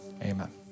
Amen